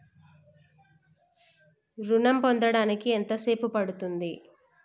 ఋణం పొందడానికి ఎంత సేపు పడ్తుంది?